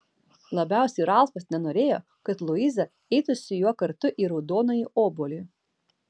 labiausiai ralfas nenorėjo kad luiza eitų su juo kartu į raudonąjį obuolį